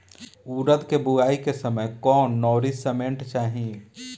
उरद के बुआई के समय कौन नौरिश्मेंट चाही?